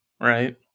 Right